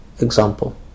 example